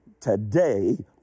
today